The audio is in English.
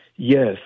Yes